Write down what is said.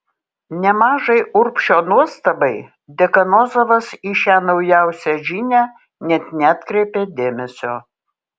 nemažai urbšio nuostabai dekanozovas į šią naujausią žinią net neatkreipė dėmesio